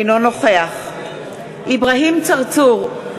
אינו נוכח אברהים צרצור,